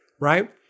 right